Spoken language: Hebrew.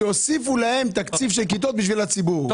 שיוסיפו להם תקציב לכיתות בשביל הציבור,